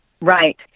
Right